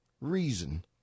reason